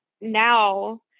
now